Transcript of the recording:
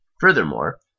Furthermore